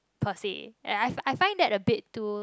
per se and I I find that a bit too